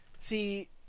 see